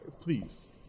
Please